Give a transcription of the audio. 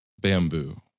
bamboo